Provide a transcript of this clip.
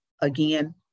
again